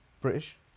British